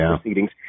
proceedings